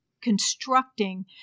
constructing